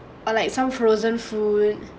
or like some frozen food